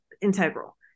integral